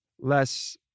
less